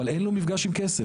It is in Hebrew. אבל, אין לו מפגש עם כסף.